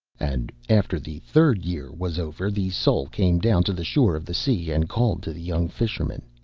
and after the third year was over, the soul came down to the shore of the sea, and called to the young fisherman,